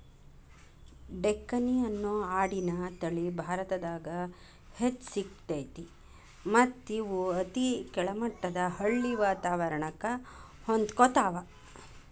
ಡೆಕ್ಕನಿ ಅನ್ನೋ ಆಡಿನ ತಳಿ ಭಾರತದಾಗ್ ಹೆಚ್ಚ್ ಸಿಗ್ತೇತಿ ಮತ್ತ್ ಇವು ಅತಿ ಕೆಳಮಟ್ಟದ ಹಳ್ಳಿ ವಾತವರಣಕ್ಕ ಹೊಂದ್ಕೊತಾವ